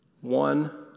One